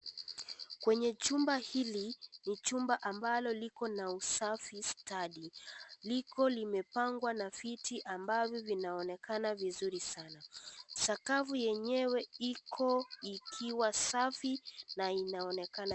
Kwenye jumba hili. Ni jumba ambalo liko na usafi stadi. Liko limepangwa na viti ambavyo vinaonekana vizuri sana. Sakafu yenyewe iko ikiwa safi na inaonekana.